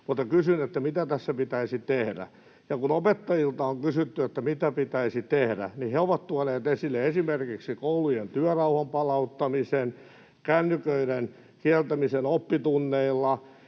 mutta kysyn, mitä tässä pitäisi tehdä. Kun opettajilta on kysytty, mitä pitäisi tehdä, niin he ovat tuoneet esille esimerkiksi koulujen työrauhan palauttamisen, kännyköiden kieltämisen oppitunneilla,